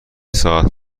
ساعت